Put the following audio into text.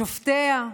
שופטיה,